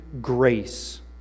grace